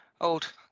old